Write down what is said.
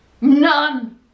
None